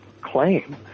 claim